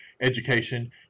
education